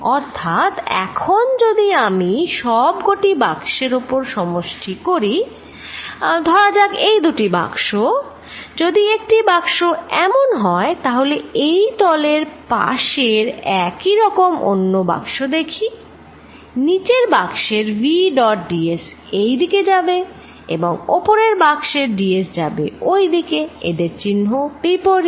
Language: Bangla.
অর্থাৎ এখন যদি আমি সব কটি বাক্সের উপর সমষ্টি করি ধরা যাক এই দুটি বাক্স যদি একটি বাক্স এমন হয় তাহলে এই তলের পাশের একই রকম অন্য বাক্স দেখি নিচের বাক্সের v ডট d s এইদিকে যাবে এবং ওপরের বাক্সের d s যাবে ওই দিকে এদের চিহ্ন বিপরীত